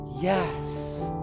yes